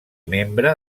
membre